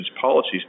policies